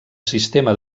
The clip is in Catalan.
sistema